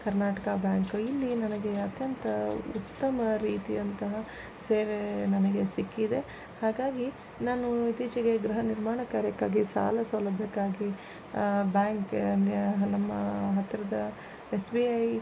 ಕರ್ನಾಟಕ ಬ್ಯಾಂಕ್ ಇಲ್ಲಿ ನನಗೆ ಅತ್ಯಂತ ಉತ್ತಮ ರೀತಿಯಂತಹ ಸೇವೆ ನನಗೆ ಸಿಕ್ಕಿದೆ ಹಾಗಾಗಿ ನಾನು ಇತ್ತೀಚೆಗೆ ಗೃಹ ನಿರ್ಮಾಣ ಕಾರ್ಯಕ್ಕಾಗಿ ಸಾಲ ಸೌಲಭ್ಯಕ್ಕಾಗಿ ಬ್ಯಾಂಕ್ಗೆ ನಮ್ಮ ಹತ್ತಿರದ ಎಸ್ ಬಿ ಐ